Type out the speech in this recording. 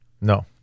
No